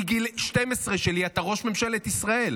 מגיל 12 שלי אתה ראש ממשלת ישראל.